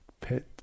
pet